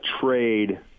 trade